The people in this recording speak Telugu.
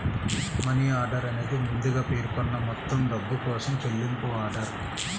మనీ ఆర్డర్ అనేది ముందుగా పేర్కొన్న మొత్తం డబ్బు కోసం చెల్లింపు ఆర్డర్